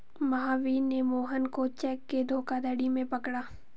महावीर ने मोहन को चेक के धोखाधड़ी में पकड़ा